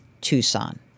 Tucson